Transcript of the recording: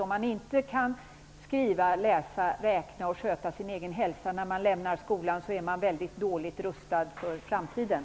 Om man inte kan skriva, läsa, räkna och sköta sin egen hälsa när man lämnar skolan är man dåligt rustad för framtiden.